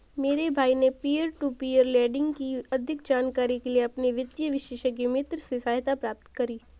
मेरे भाई ने पियर टू पियर लेंडिंग की अधिक जानकारी के लिए अपने वित्तीय विशेषज्ञ मित्र से सहायता प्राप्त करी